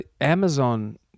Amazon